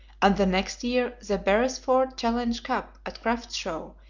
and the next year the beresford challenge cup at cruft's show,